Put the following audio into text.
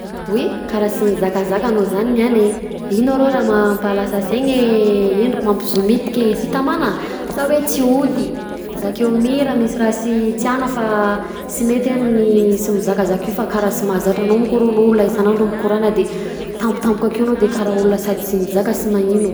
Oy! Karaha sy nizakazaka anao zany niany e, ino arô raha mampalasa saigny e eee ino raha mampizomitike ee? Sy tamana sa hoe tsy hody zakay mi raha misy raha sy tiàgna fa sy mety any sy mizakazaka io fa karaha sy mahazatra anao mo ko anao isanandro mikorana de tampotampoka akeo anao de karaha olo tsy mizaka sy manino.